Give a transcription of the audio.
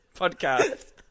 podcast